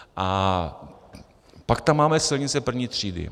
A pak tam máme silnice první třídy.